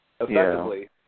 Effectively